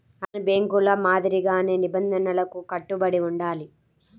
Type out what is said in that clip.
అన్ని బ్యేంకుల మాదిరిగానే నిబంధనలకు కట్టుబడి ఉండాలి